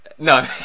No